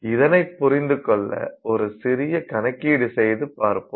இதனை புரிந்துகொள்ள ஒரு சிறிய கணக்கீடு செய்து பார்ப்போம்